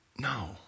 No